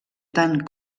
tant